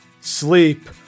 sleep